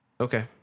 Okay